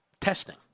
testing